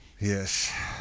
Yes